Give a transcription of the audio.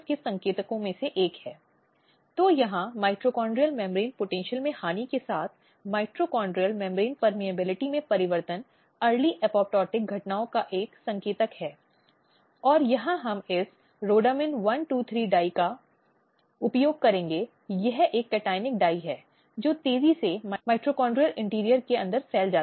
अब तो जहां एक जगह पर यह कानूनी ढाँचा है जो लिंग हिंसा के संबंध में है या महिलाओं के अधिकारों के संबंध में है